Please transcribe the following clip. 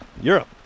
Europe